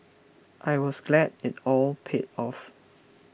I was glad it all paid off